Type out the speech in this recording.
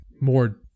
more